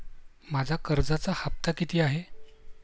माझा कर्जाचा हफ्ता किती आहे?